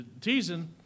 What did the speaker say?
teasing